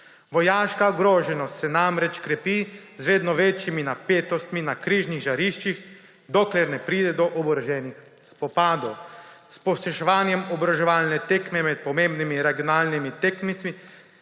Vojaška ogroženost se namreč krepi z vedno večjimi napetostmi na kriznih žariščih, dokler ne pride do oboroženih spopadov, s pospeševanjem oboroževalne tekme med pomembnimi regionalnimi tekmeci